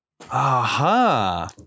Aha